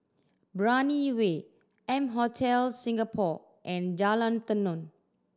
Brani Way M Hotel Singapore and Jalan Tenon